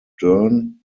dern